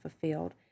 fulfilled